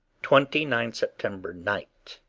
twenty nine september, night.